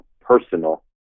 personal